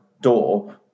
door